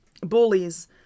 bullies